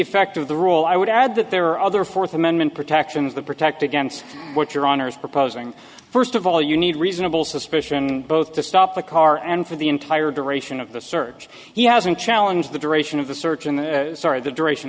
effect of the rule i would add that there are other fourth amendment protections that protect against what your honor is proposing first of all you need reasonable suspicion both to stop the car and for the entire duration of the search he hasn't challenge the duration of the search and the start of the duration